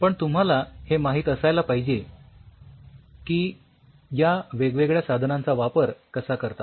पण तुम्हाला हे माहित असायला पाहिजे की या वेगवेगळ्या साधनांचा वापर कसा करतात